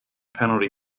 penalty